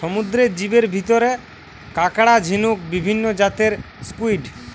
সমুদ্রের জীবের ভিতরে কাকড়া, ঝিনুক, বিভিন্ন জাতের স্কুইড,